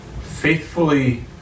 faithfully